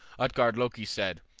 utgard-loki said,